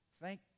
Thank